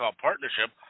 partnership